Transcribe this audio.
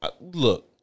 Look